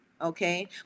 Okay